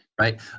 right